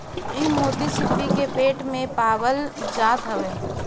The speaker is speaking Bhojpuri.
इ मोती सीपी के पेट में पावल जात हवे